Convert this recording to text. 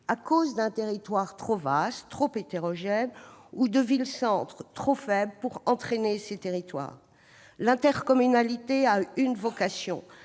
que son territoire est trop vaste ou trop hétérogène ou que sa ville-centre est trop faible pour entraîner ses territoires ? L'intercommunalité a une vocation